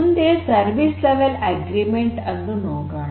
ಮುಂದೆ service level agreement ಅನ್ನು ನೋಡೋಣ